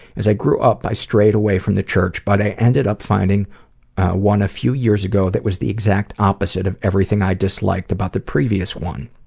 as i grew up, i strayed away from the church but i ended up finding one a few years ago that was the exact opposite of everything i disliked about the previous one.